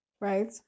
Right